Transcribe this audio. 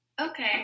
Okay